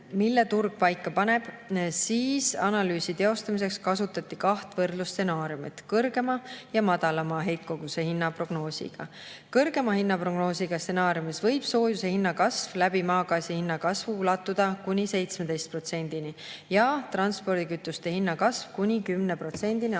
mille turg paika paneb, siis analüüsi teostamiseks kasutati kaht võrdlusstsenaariumit: kõrgema ja madalama heitkoguse hinnaprognoosiga. Kõrgema hinnaprognoosiga stsenaariumis võib soojuse hinnakasv maagaasi hinnakasvu kaudu ulatuda kuni 17%-ni ja transpordikütuste hinnakasv kuni 10%-ni aastal